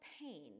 pain